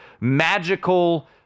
magical